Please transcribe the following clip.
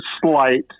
slight